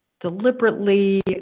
deliberately